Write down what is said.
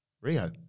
Rio